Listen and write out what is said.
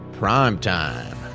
primetime